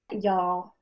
Y'all